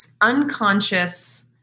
unconscious